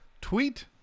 Tweet